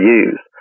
use